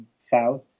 south